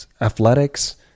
athletics